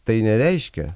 tai nereiškia